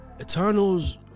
Eternals